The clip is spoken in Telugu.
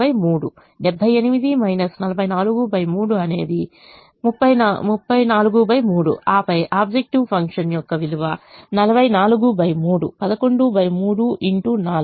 78 443 343 ఆపై ఆబ్జెక్టివ్ ఫంక్షన్ యొక్క విలువ 443 113 X 4